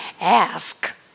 ask